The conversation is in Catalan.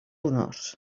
honors